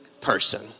person